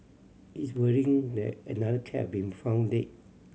it's worrying that another cat been found dead